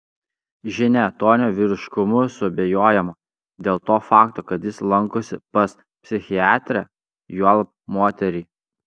žinia tonio vyriškumu suabejojama dėl to fakto kad jis lankosi pas psichiatrą juolab moterį